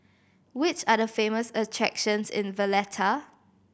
which are the famous attractions in Valletta